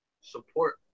support